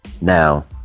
Now